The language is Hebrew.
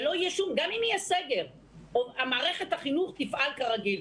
גם אם יהיה סגר מערכת החינוך תפעל כרגיל.